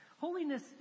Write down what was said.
Holiness